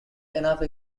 enough